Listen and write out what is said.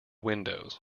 windows